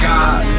God